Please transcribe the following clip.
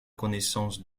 connaissance